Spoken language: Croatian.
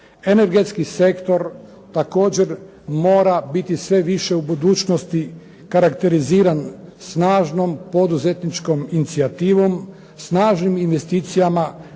Energetski sektor također mora biti sve više u budućnosti karakteriziran snažnom poduzetničkom inicijativom, snažnim investicijama